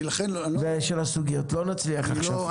לא נצליח עכשיו.